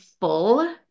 full